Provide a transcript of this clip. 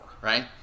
right